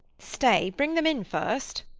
stay, bring them in first.